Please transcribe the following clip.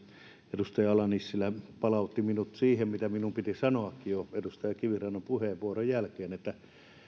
edustaja ala nissilä palautti minut siihen mitä minun piti sanoakin jo edustaja kivirannan puheenvuoron jälkeen että